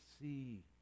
see